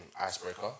icebreaker